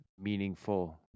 meaningful